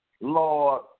Lord